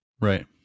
Right